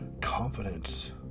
confidence